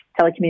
telecommunications